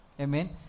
Amen